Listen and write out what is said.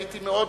הייתי מאוד